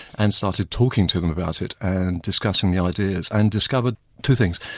and started talking to them about it and discussing the ideas, and discovered two things.